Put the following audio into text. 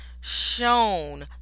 shown